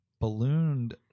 ballooned